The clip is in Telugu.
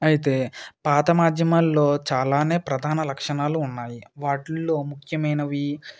అయితే పాత మాధ్యమాలలో చాలా ప్రధాన లక్షణాలు ఉన్నాయి వాటిలో ముఖ్యమైనవి